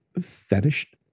fetish